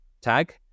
tag